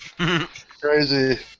Crazy